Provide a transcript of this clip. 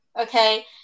okay